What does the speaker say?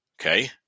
Okay